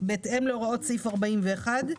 בהתאם להוראות סעיף 41,